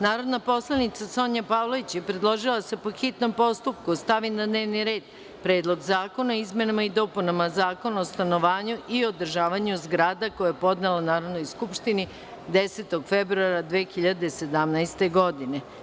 Narodni poslanik Sonja Pavlović je predložila da se, po hitnom postupku, stavi na dnevni red Predlog zakona o izmenama i dopunama Zakona o stanovanju i održavanju zgrada, koji je podnela Narodnoj skupštini 10. februara 2017. godine.